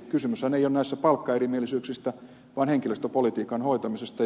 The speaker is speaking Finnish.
kysymyshän ei ole niissä palkkaerimielisyyksistä vaan henkilöstöpolitiikan hoitamisesta